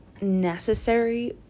necessary